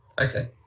Okay